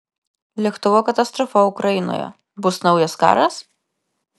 lėktuvo katastrofa ukrainoje bus naujas karas